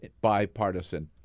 bipartisan